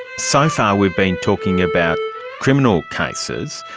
so far we've been talking about criminal cases.